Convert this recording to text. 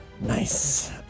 Nice